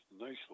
nice